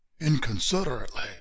inconsiderately